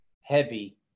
heavy